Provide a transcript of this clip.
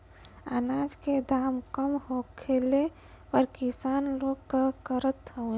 अनाज क दाम कम होखले पर किसान लोग का करत हवे?